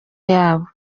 yabo